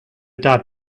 dad